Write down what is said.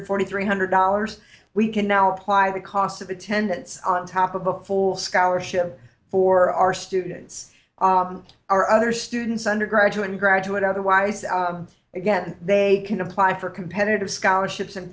forty three hundred dollars we can now apply the cost of attendance on top of a full scholarship for our students our other students undergraduate and graduate otherwise again they can apply for competitive scholarships and